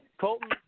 Colton